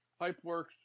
Pipeworks